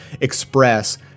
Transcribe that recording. express